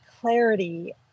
clarity